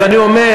אז אני אומר,